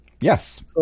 Yes